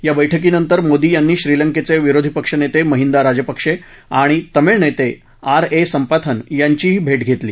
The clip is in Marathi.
या बैठकीनंतर मोदी यांनीश्रीलंकेचे विरोधी पक्षनेते महिंदा राजपक्षे आणि तमिळ नेते आर ए संपाथन यांचीही भेट घेतली